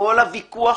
כל הוויכוח